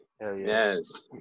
Yes